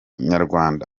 nyarwanda